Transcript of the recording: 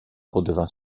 redevint